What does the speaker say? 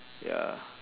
ya